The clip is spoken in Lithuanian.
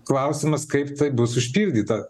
klausimas kaip tai bus užpildyta